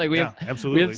like yeah, absolutely.